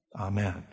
Amen